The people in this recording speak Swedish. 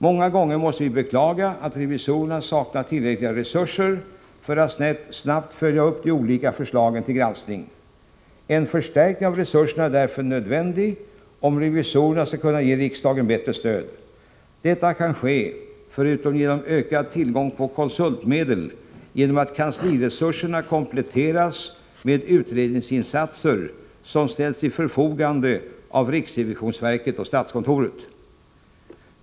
Många gånger måste vi beklaga att revisorerna saknar tillräckliga resurser för att snabbt följa upp de olika förslagen till granskning. En förstärkning av resurserna är därför nödvändig, om revisorerna skall kunna ge riksdagen bättre stöd. Detta kan ske — förutom genom ökad tillgång på konsultmedel — genom att kansliresurserna kompletteras med utredningsinsatser, som ställs till förfogande av riksrevisionsverket och statskontoret.